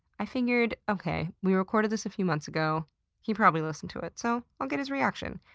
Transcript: i figured, okay, we recorded this a few months ago he probably listened to it, so i'll get his reaction.